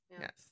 Yes